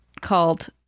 called